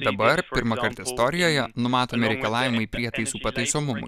dabar pirmąkart istorijoje numatomi reikalavimai prietaisų pataisomumui